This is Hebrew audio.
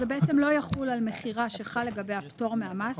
זה בעצם לא יחול על מכירה שחל לגביה פטור מהמס.